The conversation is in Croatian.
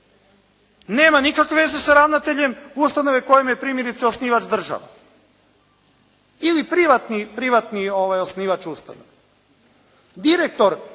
nema nikakve veze sa ravnateljem ustanove kojoj je primjerice osnivač država ili privatni osnivač ustanova. Direktor